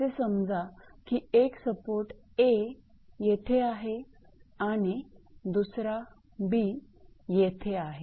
असे समजा की एक सपोर्ट A येथे आहे आणि दुसरा B येथे आहे